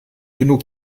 genug